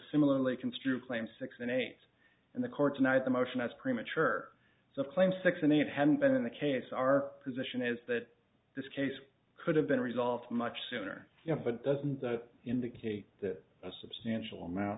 similarly construe claim six and eight and the court tonight the motion as premature so claim six and it hadn't been the case our position is that this case could have been resolved much sooner but it doesn't indicate that a substantial amount